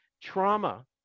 trauma